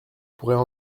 pourrait